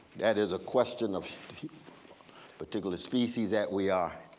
that is a question of the particular species that we are.